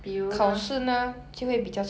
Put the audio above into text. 比如呢